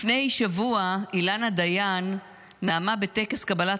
לפני שבוע נאמה אילנה דיין בטקס קבלת